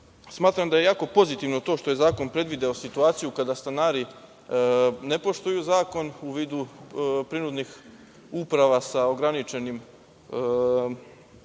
da je jako pozitivno to što je zakon predvideo situaciju kada stanari ne poštuju zakon u vidu prinudnih uprava sa ograničenim